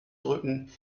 drücken